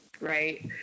right